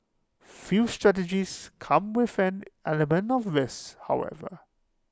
few strategies come with an element of risk however